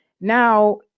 now